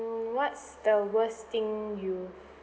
what's the worst thing you